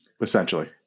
essentially